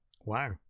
wow